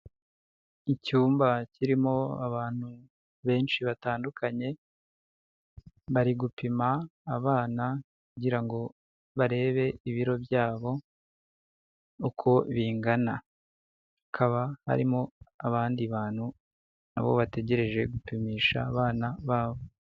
Icyumba kirimo abantu benshi batandukanye, bari gupima abana kugira ngo barebe ibiro byabo uko bingana, hakaba harimo abandi bantu na bo bategereje gupimisha abana babo.